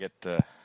get